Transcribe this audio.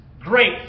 great